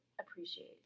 appreciate